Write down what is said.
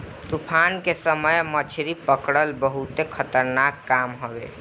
तूफान के समय मछरी पकड़ल बहुते खतरनाक काम हवे